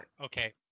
Okay